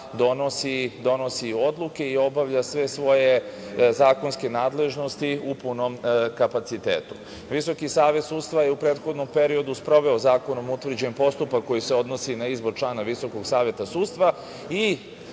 donosi odluke i obavlja sve svoje zakonske nadležnosti u punom kapacitetu. Visoki savet sudstava je u prethodnom periodu sproveo zakonom utvrđen postupak koji se odnosi na izbor člana VSS i nadležnom